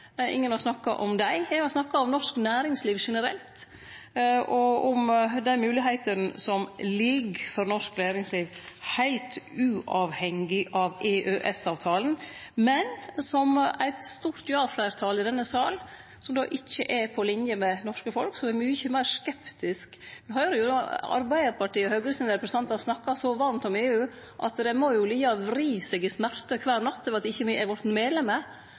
Ingen har snakka om dei. Eg har snakka om norsk næringsliv generelt, og om dei moglegheitene som ligg for norsk næringsliv heilt uavhengig av EØS-avtalen. Det er eit stort ja-fleirtal i denne salen – som då ikkje er på linje med det norske folk, som er mykje meir skeptisk. Me høyrer representantane frå Arbeidarpartiet og Høgre snakke så varmt om EU at dei må jo liggje og vri seg i smerte kvar natt over at me ikkje har vorte medlem. Det er